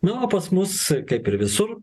na o pas mus kaip ir visur